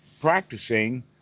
practicing